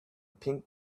pink